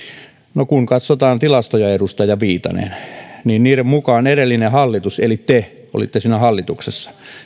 no kun katsotaan tilastoja edustaja viitanen niin niiden mukaan edellinen hallitus eli te kun olitte siinä hallituksessa